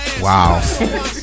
Wow